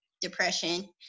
depression